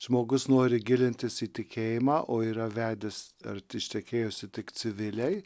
žmogus nori gilintis į tikėjimą o yra vedęs ar ištekėjusi tik civiliai